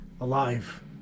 alive